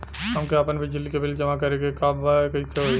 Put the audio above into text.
हमके आपन बिजली के बिल जमा करे के बा कैसे होई?